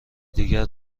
دیگر